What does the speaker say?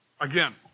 again